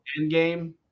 Endgame